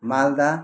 Malda